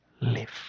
live